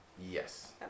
Yes